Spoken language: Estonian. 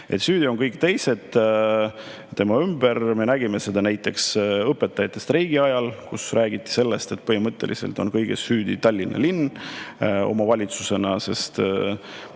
Süüdi on kõik teised tema ümber. Me nägime seda näiteks õpetajate streigi ajal, kui räägiti sellest, et põhimõtteliselt on kõiges süüdi Tallinna linn omavalitsusena: